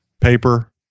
Paper